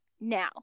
now